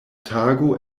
tago